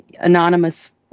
anonymous